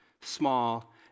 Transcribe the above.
small